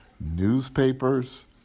newspapers